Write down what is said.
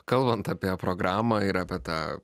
kalbant apie programą ir apie tą